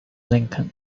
lincoln